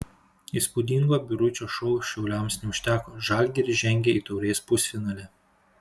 įspūdingo biručio šou šiauliams neužteko žalgiris žengė į taurės pusfinalį